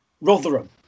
Rotherham